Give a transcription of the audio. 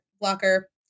Blocker